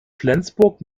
flensburg